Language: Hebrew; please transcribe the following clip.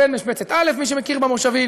בין משבצת א' מי שמכיר במושבים,